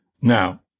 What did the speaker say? Now